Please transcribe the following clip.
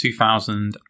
2000